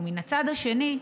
ומן הצד השני,